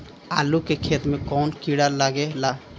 आलू के खेत मे कौन किड़ा लागे ला?